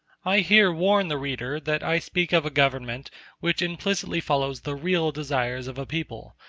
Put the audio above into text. i here warn the reader that i speak of a government which implicitly follows the real desires of a people,